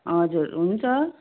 हजुर हुन्छ